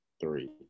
three